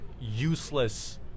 useless